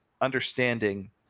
understanding